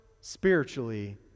spiritually